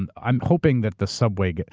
and i'm hoping that the subway gets.